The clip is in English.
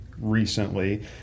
recently